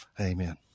Amen